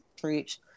Preach